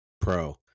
pro